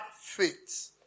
faith